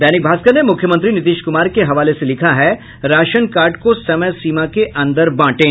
दैनिक भास्कर ने मुख्यमंत्री नीतीश कुमार के हवाले से लिखा है राशन कार्ड को समय सीमा के अंदर बांटें